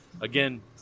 again